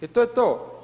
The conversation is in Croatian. I to je to.